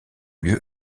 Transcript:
lieu